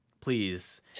please